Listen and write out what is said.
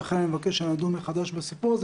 לכן אני מבקש שנדון מחדש בסיפור הזה